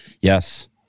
Yes